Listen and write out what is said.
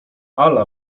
ala